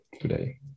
today